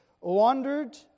wandered